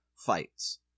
fights